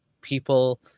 people